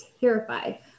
terrified